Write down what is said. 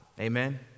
Amen